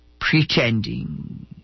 Pretending